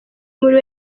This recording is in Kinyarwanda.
muri